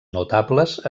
notables